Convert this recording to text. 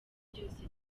byose